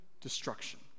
destruction